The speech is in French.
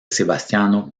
sebastiano